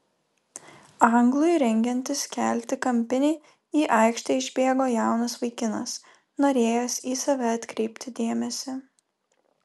anglui rengiantis kelti kampinį į aikštę išbėgo jaunas vaikinas norėjęs į save atkreipti dėmesį